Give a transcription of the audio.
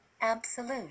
absolute